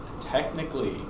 Technically